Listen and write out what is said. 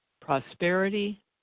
prosperity